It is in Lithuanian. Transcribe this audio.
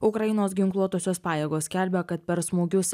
ukrainos ginkluotosios pajėgos skelbia kad per smūgius